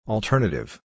Alternative